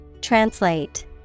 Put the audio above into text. Translate